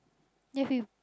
nephew